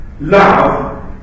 Love